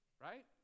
Right